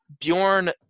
Bjorn